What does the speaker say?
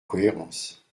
cohérence